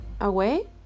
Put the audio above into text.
away